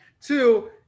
two